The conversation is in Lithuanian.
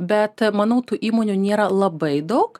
bet manau tų įmonių nėra labai daug